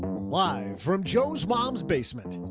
why? from joe's mom's basement,